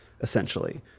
essentially